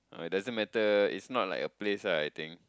ah it doesn't matter it's not like a place right I think